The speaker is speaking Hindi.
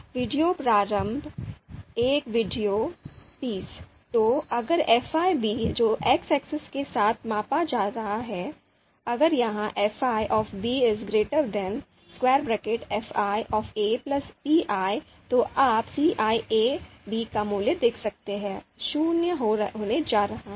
वीडियो प्रारंभ १ Video३० तो अगर fi जो X axisके साथ मापा जा रहा है अगर यह fi fi pi तो आप ciab का मूल्य देख सकते हैं शून्य होने जा रहा है